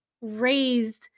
raised